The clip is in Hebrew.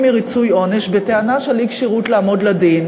מריצוי עונש בטענה של אי-כשירות לעמוד לדין,